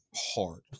Hard